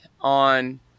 on